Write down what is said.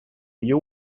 you